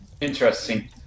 Interesting